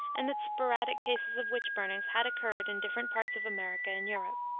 and that sporadic cases of witch-burnings had occurred in different parts of america and europe.